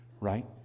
right